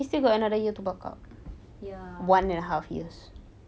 ya